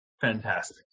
fantastic